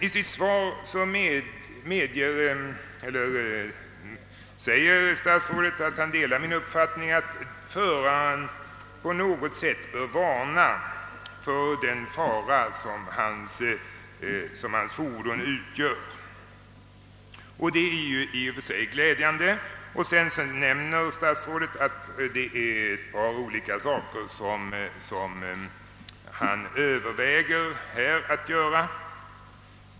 I sitt svar säger statsrådet att han delar min uppfattning att föraren på något sätt bör varna för den fara som hans fordon utgör. Det är ju i och för sig glädjande. Sedan nämner statsrådet att det är ett par olika saker som han överväger att göra.